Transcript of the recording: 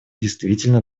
действительно